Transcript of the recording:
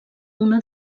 una